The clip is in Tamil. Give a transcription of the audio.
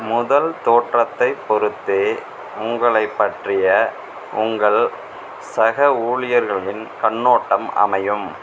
முதல் தோற்றத்தைப் பொறுத்தே உங்களை பற்றிய உங்கள் சக ஊழியர்களின் கண்ணோட்டம் அமையும்